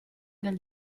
del